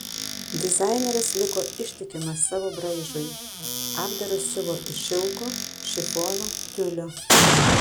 dizaineris liko ištikimas savo braižui apdarus siuvo iš šilko šifono tiulio